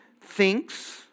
thinks